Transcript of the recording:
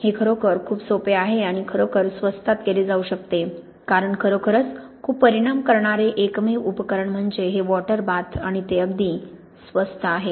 हे खरोखर खूप सोपे आहे आणि खरोखर स्वस्तात केले जाऊ शकते कारण खरोखरच खूप परिणाम करणारे एकमेव उपकरण म्हणजे हे वॉटर बाथ आणि ते अगदी स्वस्त आहे